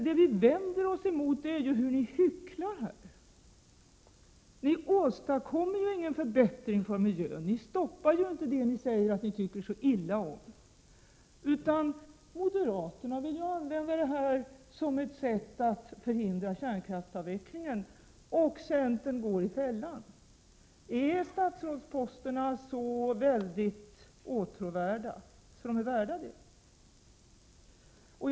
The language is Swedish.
Det vi vänder oss emot är hur ni hycklar. Ni åstadkommer ingen förbättring för miljön. Ni stoppar inte det ni säger att ni tycker så illa om. Moderaterna vill använda detta som ett sätt att förhindra kärnkraftsavvecklingen, och centern går i fällan. Är statsrådsposterna så väldigt åtråvärda att de är värda detta?